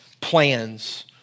plans